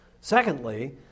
Secondly